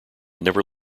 never